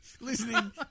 listening